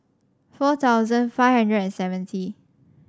four thousand five hundred and seventy